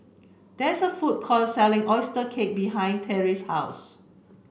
there is a food court selling oyster cake behind Terrie's house